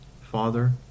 Father